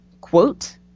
Quote